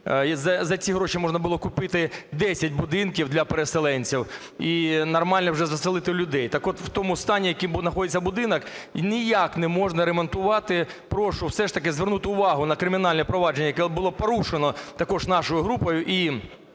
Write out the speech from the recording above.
за ці гроші можна було купити 10 будинків для переселенців і нормально вже засилити людей. Так от в тому стані, в якому знаходиться будинок, ніяк не можна ремонтувати. Прошу все ж таки звернути увагу на кримінальне провадження, яке було порушено також нашою групою,